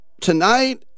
tonight